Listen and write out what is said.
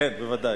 כן, בוודאי.